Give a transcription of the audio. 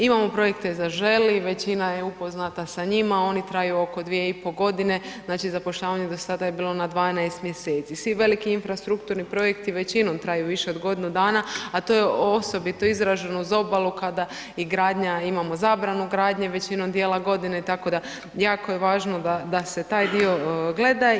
Imamo projekte „Zaželi“ većina je upoznata sa njima, oni traju oko dvije i pol godine, znači zapošljavanje je do sada bilo na 12 mjeseci. svi veliki infrastrukturni projekti većinom traju više od godinu dana, a to je osobito izraženo uz obalu kada i gradanja imamo zabranu gradnje većinom dijela godine, tako da je jako važno da se taj dio gleda.